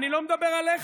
אז הוא המציא שני עמים,